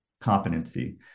competency